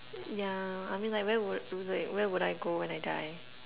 yeah I mean like where will where will I go when I die